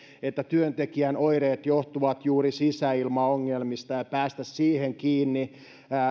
että työntekijän oireet johtuvat juuri sisäilmaongelmista ja päästä siihen kiinni